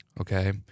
okay